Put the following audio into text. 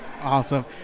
Awesome